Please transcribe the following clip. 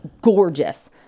gorgeous